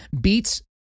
beats